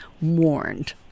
warned